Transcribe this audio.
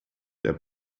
der